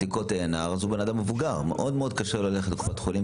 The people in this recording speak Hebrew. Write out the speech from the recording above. הוא אדם מבוגר ומאוד קשה לו ללכת לקופת החולים,